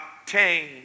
obtain